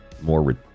more